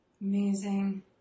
Amazing